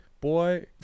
boy